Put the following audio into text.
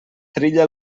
trilla